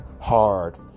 hard